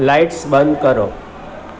lights બંધ કરો